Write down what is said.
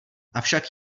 avšak